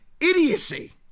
idiocy